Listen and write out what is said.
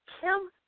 Kim